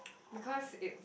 because it